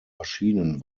maschinen